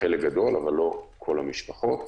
חלק גדול, אבל לא כל המשפחות.